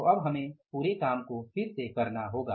तो अब हमें पूरे काम को फिर से करना होगा